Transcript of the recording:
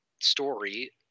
story